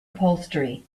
upholstery